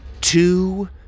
two